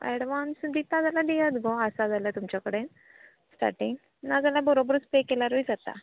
advance दितां जाल्यार दियात गो आसा जाल्यार तुमचे कडेन स्टारटींग नाजाल्यार बरोबरूच पै कल्यारूय जाता